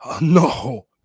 No